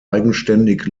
eigenständig